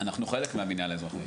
--- אנחנו חלק מהמינהל האזרחי.